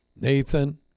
Nathan